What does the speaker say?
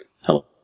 Hello